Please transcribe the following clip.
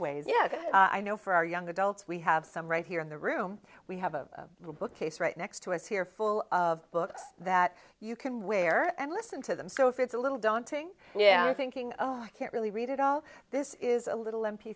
ways yeah i know for our young adults we have some right here in the room we have a bookcase right next to us here full of books that you can wear and listen to them so it's a little daunting yeah i'm thinking oh i can't really read it all this is a little m